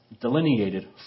delineated